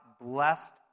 blessed